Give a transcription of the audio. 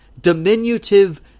diminutive